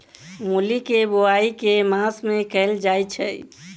मूली केँ बोआई केँ मास मे कैल जाएँ छैय?